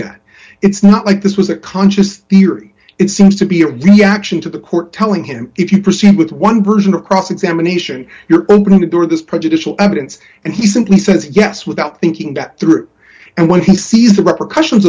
that it's not like this was a conscious theory it seems to be a reaction to the court telling him if you proceed with one person or cross examination you're going to do this prejudicial evidence and he simply says yes without thinking that through and when he sees the repe